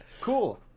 Cool